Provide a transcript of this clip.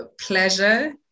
pleasure